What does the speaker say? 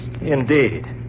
Indeed